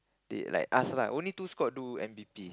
they like ask lah only two squad do n_d_p